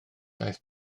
daeth